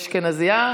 אשכנזייה,